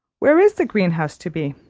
where is the green-house to be?